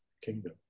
kingdom